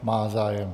Má zájem.